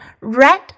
Red